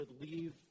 leave